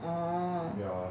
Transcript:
orh